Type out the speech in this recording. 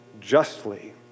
justly